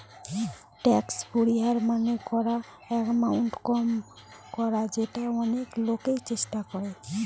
tax পরিহার মানে করা এমাউন্ট কম করা যেটা অনেক লোকই চেষ্টা করে